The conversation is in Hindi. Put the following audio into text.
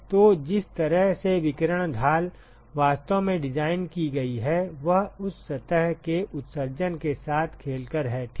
तो जिस तरह से विकिरण ढाल वास्तव में डिज़ाइन की गई है वह उस सतह के उत्सर्जन के साथ खेलकर है ठीक